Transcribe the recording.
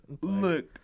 Look